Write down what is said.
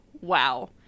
wow